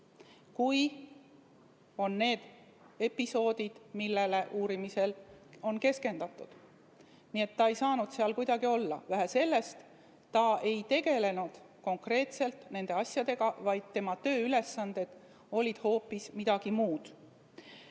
need episoodid, millele uurimisel on keskendutud. Nii et ta ei saanud seal kuidagi olla. Vähe sellest, ta ei tegelenud konkreetselt nende asjadega, vaid tema tööülesanded olid hoopis midagi muud.